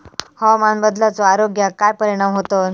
हवामान बदलाचो आरोग्याक काय परिणाम होतत?